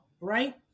right